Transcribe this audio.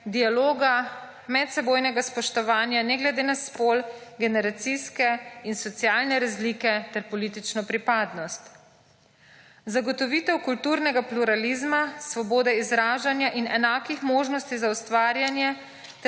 dialoga, medsebojnega spoštovanja ne glede na spol, generacijske in socialne razlike ter politično pripadnost; zagotovitev kulturnega pluralizma, svobode izražanja in enakih možnosti za ustvarjanje